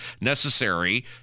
necessary